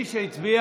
חברי הכנסת,